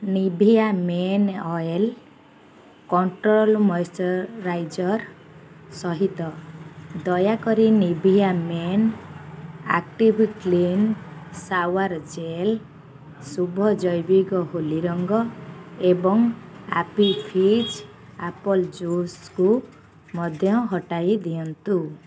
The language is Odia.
Nivea men oil control moisturiser ସହିତ ଦୟାକରି Nivea men active clean shower gel ଶୁଭ ଜୈବିକ ହୋଲି ରଙ୍ଗ ଏବଂ ଆପୀ ଫିଜ୍ ଆପଲ୍ ଜୁସ୍କୁ ମଧ୍ୟ ହଟାଇ ଦିଅନ୍ତୁ